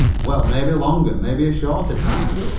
well, maybe longer maybe a shorter time.